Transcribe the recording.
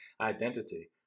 identity